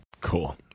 Cool